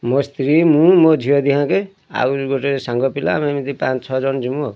ମୋ ସ୍ତ୍ରୀ ମୁଁ ମୋ ଝିଅ ଦିହଁକେ ଆଉରି ଗୋଟେ ସାଙ୍ଗ ପିଲା ଆମେ ଏମିତି ପାଞ୍ଚ ଛଅ ଜଣ ଯିମୁ ଆଉ